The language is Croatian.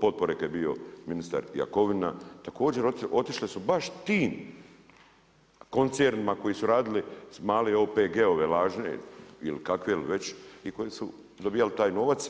potpore kada je bio ministar Jakovina, također otišli su baš tim koncernima, koji su radili male OPG-ove lažne ili kakve li već i koje su dobivale taj novac.